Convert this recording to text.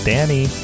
Danny